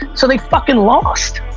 so they fucking lost.